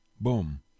boom